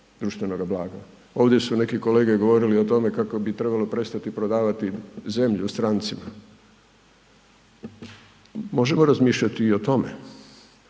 društvenoga blaga. Ovdje su neki kolege govorili o tome kako bi trebalo prestati prodavati zemlju strancima. Možemo razmišljati i o tome